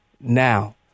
now